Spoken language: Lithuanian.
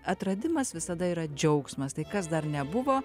atradimas visada yra džiaugsmas tai kas dar nebuvo